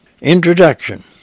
Introduction